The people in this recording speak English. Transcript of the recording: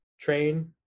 train